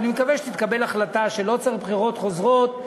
ואני מקווה שתתקבל החלטה שלא צריך בחירות חוזרות,